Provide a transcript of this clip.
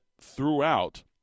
throughout